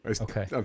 okay